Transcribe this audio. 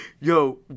yo